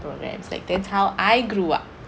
programs like that's how I grew up